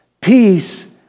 peace